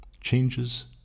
changes